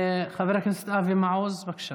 חבר הכנסת אבי מעוז, בבקשה.